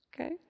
Okay